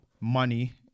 money